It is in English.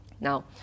Now